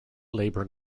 labour